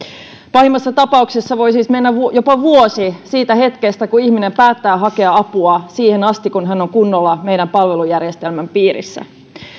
pahimmassa tapauksessa voi siis mennä jopa vuosi siitä hetkestä kun ihminen päättää hakea apua siihen kun hän on kunnolla meidän palvelujärjestelmän piirissä